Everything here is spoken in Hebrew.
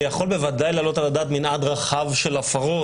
אני יכול בוודאי להעלות על הדעת מנעד רחב של הפרות.